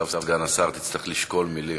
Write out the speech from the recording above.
עכשיו, סגן השר, תצטרך לשקול מילים.